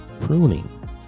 pruning